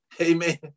Amen